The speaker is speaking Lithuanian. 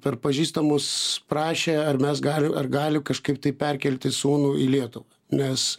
per pažįstamus prašė ar mes galim ar gali kažkaip tai perkelti sūnų į lietuvą nes